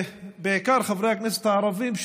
בעיקר חברי הכנסת הערבים,